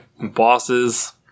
bosses